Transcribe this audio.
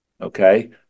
Okay